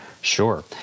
Sure